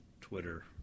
Twitter